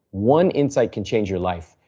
one insight could change your life.